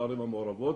לערים המעורבות,